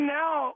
now